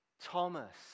Thomas